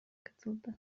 katıldı